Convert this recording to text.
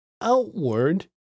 outward